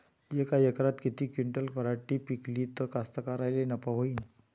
यका एकरात किती क्विंटल पराटी पिकली त कास्तकाराइले नफा होईन?